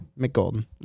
McGolden